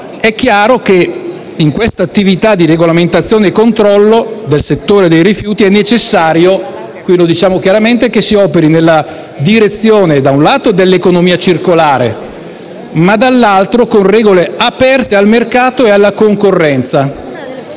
è chiaro che, nell'attività di regolamentazione e controllo del settore dei rifiuti, è necessario - lo diciamo chiaramente - che si operi, da un lato, nella direzione dell'economia circolare e, dall'altro, con regole aperte al mercato e alla concorrenza,